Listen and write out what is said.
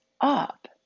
up